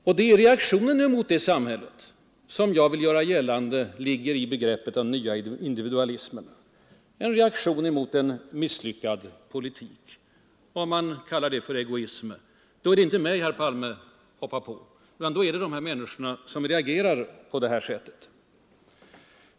Det är reaktionen mot det samhället som jag vill göra gällande ligger i begreppet den nya individualismen, en reaktion mot en misslyckad politik. Om herr Palme kallar det egoism är det inte mig han hoppar på utan de människor som reagerar på detta sätt.